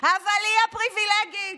אבל היא הפריבילגית.